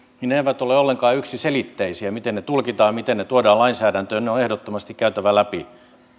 eivät ole ollenkaan yksiselitteisiä miten ne tulkitaan ja miten ne tuodaan lainsäädäntöön ja ne on on ehdottomasti käytävä läpi